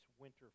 winter